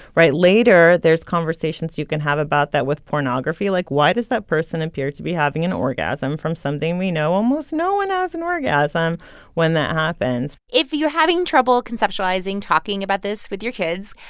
right? later, there's conversations you can have about that with pornography. like, why does that person appear to be having an orgasm from something we know almost no one has an orgasm when that happens? if you're having trouble conceptualizing talking about this with your kids,